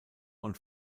und